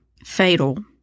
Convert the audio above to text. fatal